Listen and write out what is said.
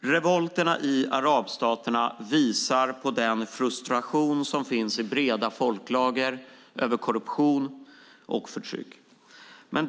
Revolterna i arabstaterna visar på den frustration över korruption och förtryck som finns i breda folklager.